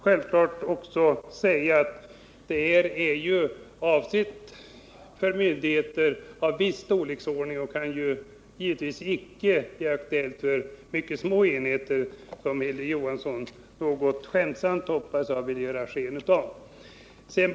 Jag vill också säga att detta självfallet är avsett för myndigheter av en viss storleksordning och att det givetvis icke kan bli aktuellt för mycket små enheter, vilket Hilding Johansson något skämtsamt, hoppas jag, ville låta påskina.